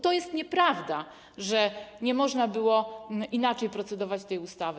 To jest nieprawda, że nie można było inaczej procedować nad tą ustawą.